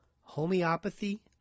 homeopathy